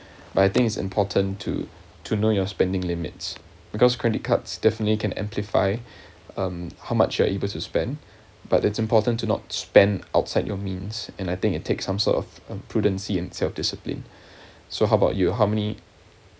but I think it's important to to know you're spending limits because credit cards definitely can amplify um how much you're able to spend but it's important to not spend outside your means and I think it takes some sort of prudence and self discipline so how about you how many